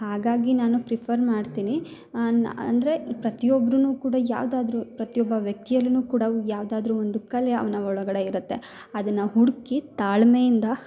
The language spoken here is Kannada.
ಹಾಗಾಗಿ ನಾನು ಪ್ರಿಫರ್ ಮಾಡ್ತೀನಿ ಅಂದರೆ ಪ್ರತಿಯೊಬ್ಬರೂನು ಕೂಡ ಯಾವ್ದಾದರು ಪ್ರತಿಯೊಬ್ಬ ವ್ಯಕ್ತಿಯಲ್ಲುನು ಕೂಡ ಯಾವ್ದಾದರು ಒಂದು ಕಲೆ ಅವನ ಒಳಗಡೆ ಇರತ್ತೆ ಅದನ್ನ ಹುಡ್ಕಿ ತಾಳ್ಮೆಯಿಂದ